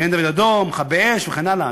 מגן-דוד-אדום, מכבי אש, וכן הלאה?